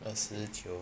二十九